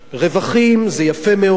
רווחים זה יפה מאוד,